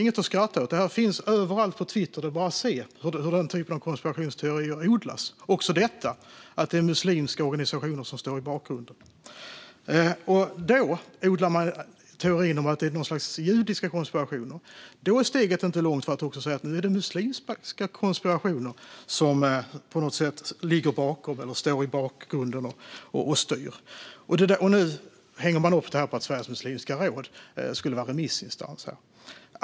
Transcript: Detta finns överallt på Twitter, så det är lätt att se hur denna typ av konspirationsteorier odlas - också denna att det är muslimska organisationer som står i bakgrunden. Efter att nazisterna odlade teorin om judiska konspirationer är steget inte långt till att säga att det är muslimska konspirationer som står i bakgrunden och styr. I detta fall hänger man upp det på att Sveriges muslimska råd skulle vara remissinstans.